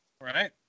Right